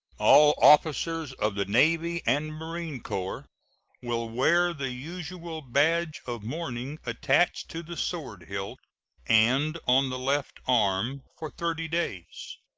all officers of the navy and marine corps will wear the usual badge of mourning attached to the sword hilt and on the left arm for thirty days.